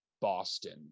Boston